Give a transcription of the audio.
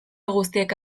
guztiek